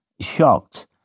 shocked